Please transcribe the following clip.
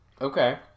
Okay